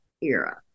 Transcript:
era